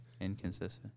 Inconsistent